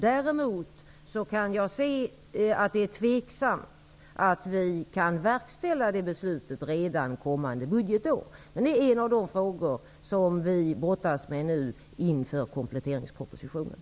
Däremot är det tveksamt om detta beslut kan verkställas redan kommande budgetår. Det är en av de frågor som vi nu brottas med inför kompletteringspropositionen.